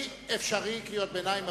אפשר קריאות ביניים,